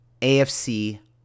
AFC